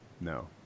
No